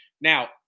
Now